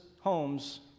homes